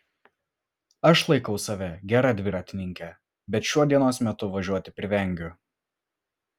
aš laikau save gera dviratininke bet šiuo dienos metu važiuoti privengiu